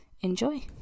enjoy